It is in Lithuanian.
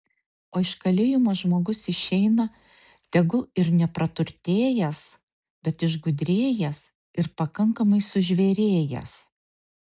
o iš kalėjimo žmogus išeina tegul ir nepraturtėjęs bet išgudrėjęs ir pakankamai sužvėrėjęs